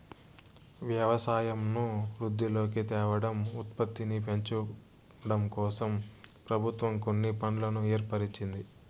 వ్యవసాయంను వృద్ధిలోకి తేవడం, ఉత్పత్తిని పెంచడంకోసం ప్రభుత్వం కొన్ని ఫండ్లను ఏర్పరిచింది